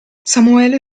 samuele